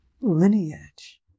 lineage